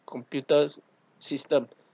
computer's system